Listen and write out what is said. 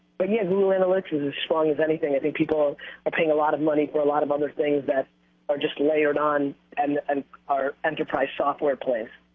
but yeah google analytics is as strong as anything. i think people are ah paying a lot of money for a lot of other things that are just layered on and um our enterprise software plays.